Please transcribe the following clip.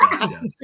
yes